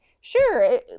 sure